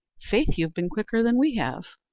faith you've been quicker than we have.